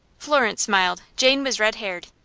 florence smiled. jane was red haired,